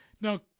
Now